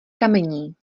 kamení